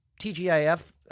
TGIF